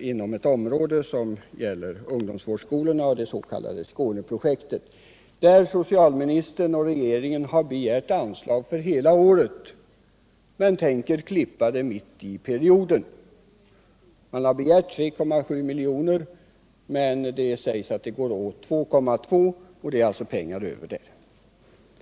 inom det område som gäller ungdomsvårdsskolorna och det s.k. Skåneprojektet, där socialministern och regeringen har begärt anslag för hela året men tänker dela upp det i perioder. Man har begärt 3,7 milj.kr., men det sägs att 2,2 miljoner går åt, så det blir pengar över där.